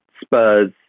Spurs